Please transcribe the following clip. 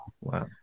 Wow